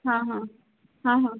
हां हां हां हां